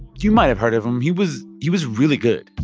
you might have heard of him. he was he was really good.